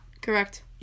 Correct